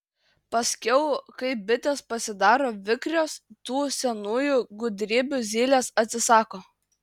paskiau kai bitės pasidaro vikrios tų senųjų gudrybių zylės atsisako